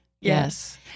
Yes